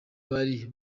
bari